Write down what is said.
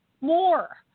More